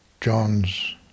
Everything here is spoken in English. John's